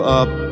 up